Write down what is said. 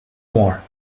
more